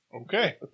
Okay